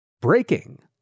Breaking